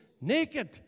naked